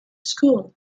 school